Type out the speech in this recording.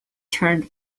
turned